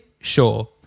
sure